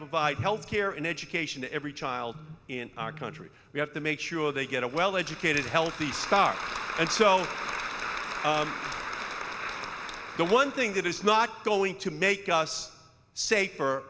provide health care and education to every child in our country we have to make sure they get a well educated healthy start and so the one thing that is not going to make us safer